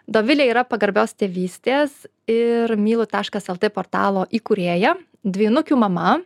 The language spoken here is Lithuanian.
dovilė yra pagarbios tėvystės ir mylu taškas lt portalo įkūrėja dvynukių mama